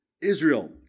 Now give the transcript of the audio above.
Israel